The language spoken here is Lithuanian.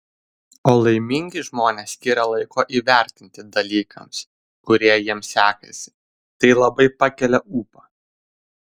o laimingi žmonės skiria laiko įvertinti dalykams kurie jiems sekasi tai labai pakelia ūpą